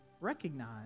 recognize